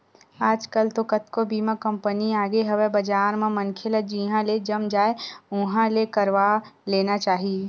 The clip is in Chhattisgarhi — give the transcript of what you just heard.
आजकल तो कतको बीमा कंपनी आगे हवय बजार म मनखे ल जिहाँ ले जम जाय उहाँ ले करवा लेना चाही